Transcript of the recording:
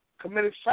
committed